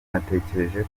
natekereje